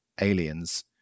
aliens